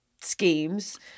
schemes